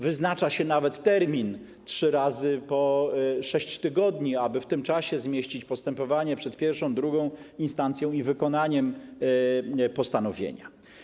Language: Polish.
Wyznacza się nawet termin trzy razy po 6 tygodni, aby w tym czasie zmieścić postępowania przed I i II instancją oraz wykonanie postanowienia.